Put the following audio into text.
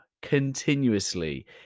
continuously